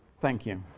thank you.